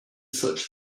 search